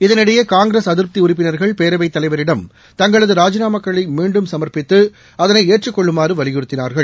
இதனிடையே காங்கிரஸ் அதிருப்தி உறுப்பினர்கள் பேரவைத் தலைவரிடம் தங்களது ராஜினாமாக்களை மீண்டும் சமர்ப்பித்து அதனை ஏற்றுக்கொள்ளுமாறு வலியுறுத்தினார்கள்